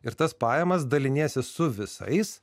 ir tas pajamas daliniesi su visais